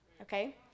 okay